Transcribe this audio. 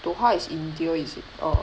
doha is india is it err